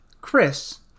Chris